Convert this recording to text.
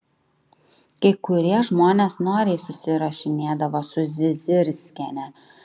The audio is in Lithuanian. kai kurie žmonės noriai susirašinėdavo su zizirskiene